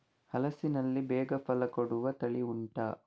ಹಲಸಿನಲ್ಲಿ ಬೇಗ ಫಲ ಕೊಡುವ ತಳಿ ಉಂಟಾ